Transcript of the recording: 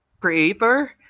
creator